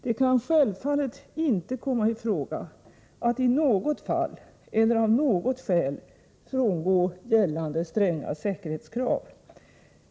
Det kan självfallet inte komma i fråga att i något fall eller av något skäl frångå gällande stränga säkerhetskrav.